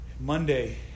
Monday